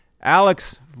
alex